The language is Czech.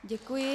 Děkuji.